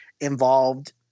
involved